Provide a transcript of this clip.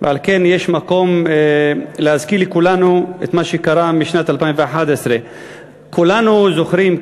יש מקום להזכיר לכולנו את מה שקרה משנת 2011. כולנו זוכרים,